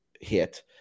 hit